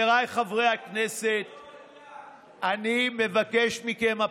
זה לא מדויק.